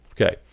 okay